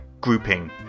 grouping